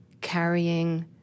carrying